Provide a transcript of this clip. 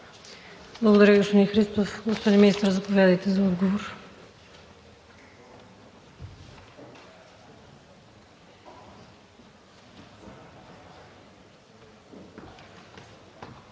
Благодаря Ви, господин Христов. Господин Министър, заповядайте, за отговор.